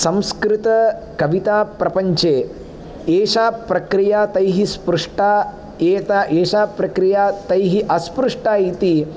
संस्कृतकविताप्रपञ्चे एषा प्रक्रिया तैः स्पृष्टा एता एषा प्रक्रिया तैः अस्पृष्टा इति